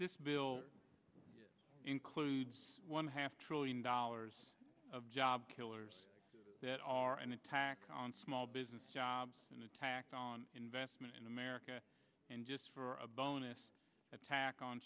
this bill includes one half trillion dollars of job killers that are an attack on small business jobs an attack on investment in america and just for a bonus attack on